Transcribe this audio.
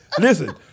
Listen